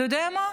אתה יודע מה?